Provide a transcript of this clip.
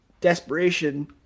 desperation